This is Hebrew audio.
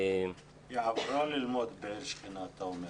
אתה אומר שהיא עברה ללמוד בעיר אחרת.